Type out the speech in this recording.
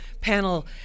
panel